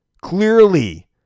Clearly